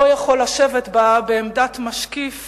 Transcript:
לא יכול לשבת בה בעמדת משקיף